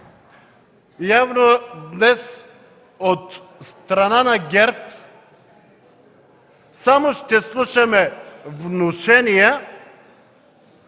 Явно днес от страна на ГЕРБ ще слушаме само внушения,